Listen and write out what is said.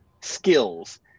skills